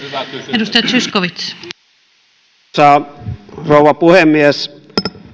arvoisa rouva puhemies